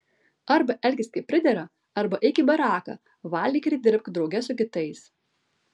arba elkis kaip pridera arba eik į baraką valgyk ir dirbk drauge su kitais